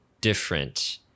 different